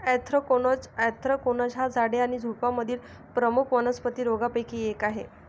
anthracnose anthracnose हा झाडे आणि झुडुपांमधील प्रमुख वनस्पती रोगांपैकी एक आहे